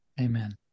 Amen